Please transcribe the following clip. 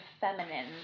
feminine